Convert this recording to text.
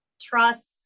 trust